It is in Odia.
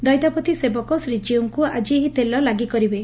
ଦୈତାପତୀ ସେବକ ଶ୍ରୀକୀଉଙ୍କୁ ଆଜି ଏହି ତେଲ ଲାଗି କରିବେ